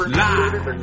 live